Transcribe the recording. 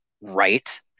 right